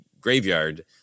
graveyard